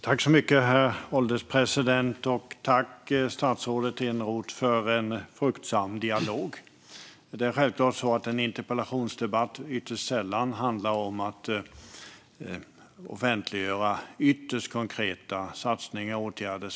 Herr ålderspresident! Tack, statsrådet Eneroth, för en fruktbar dialog! Självklart handlar en interpellationsdebatt ytterst sällan om att offentliggöra konkreta satsningar och åtgärder.